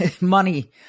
money